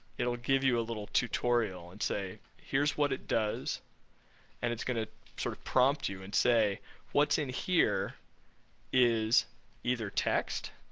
it'll give you a little tutorial and say here's what it does and it's going to sort of prompt you and say what's in here is either text